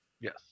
Yes